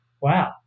wow